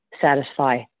satisfy